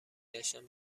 گشتم